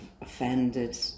offended